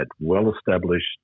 well-established